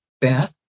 Beth